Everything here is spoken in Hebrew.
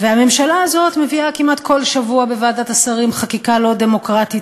והממשלה הזאת מביאה כמעט כל שבוע לוועדת השרים חקיקה לא דמוקרטית,